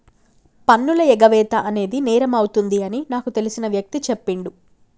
పన్నుల ఎగవేత అనేది నేరమవుతుంది అని నాకు తెలిసిన వ్యక్తి చెప్పిండు